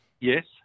Yes